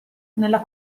nella